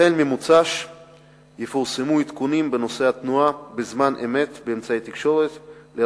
החל ממוצאי-שבת יפורסמו באמצעי התקשורת עדכונים בנושא התנועה בזמן אמת,